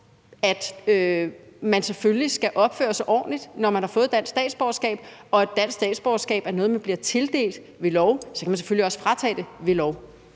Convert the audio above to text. at man selvfølgelig skal opføre sig ordentligt, når man har fået et dansk statsborgerskab, og at et dansk statsborgerskab er noget, der tildeles ved lov, og at man så selvfølgelig også kan fratage nogen det ved lov?